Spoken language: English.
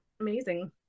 amazing